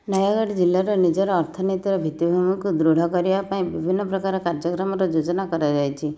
ନୟାଗଡ଼ ଜିଲ୍ଲାର ନିଜର ଅର୍ଥନୈତିକ ଭିତ୍ତିଭୂମିକୁ ଦୃଢ଼ କରିବା ପାଇଁ ବିଭିନ୍ନ ପ୍ରକାର କାର୍ଯ୍ୟକ୍ରମର ଯୋଜନା କରାଯାଇଛି